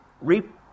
reap